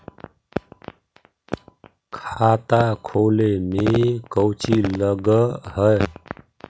खाता खोले में कौचि लग है?